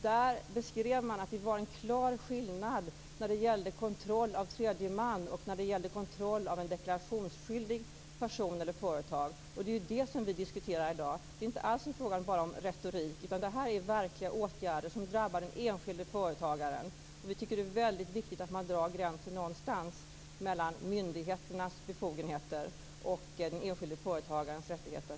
Där beskrev man att det var en klar skillnad mellan kontroll av tredje man och kontroll av en deklarationsskyldig person eller ett företag. Det är det som vi diskuterar i dag. Det är inte alls bara en fråga om retorik, utan om verkliga åtgärder, som drabbar den enskilde företagaren. Vi tycker att det är väldigt viktigt att man drar gränsen någonstans mellan myndigheternas befogenheter och den enskilde företagarens rättigheter.